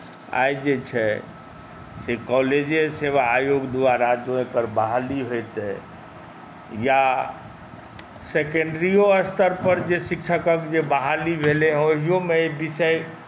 आइ जे छै से कॉलेजे सेवा आयोग द्वारा जँ एकर बहाली होइतै या सेकेन्ड्रिओ स्तरपर जे शिक्षकक जे बहाली भेलै हेँ ओहिओमे एहि विषय